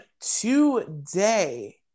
today